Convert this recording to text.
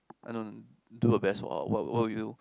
I don't do the best for what what will you